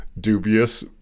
dubious